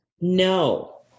No